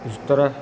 उस तरह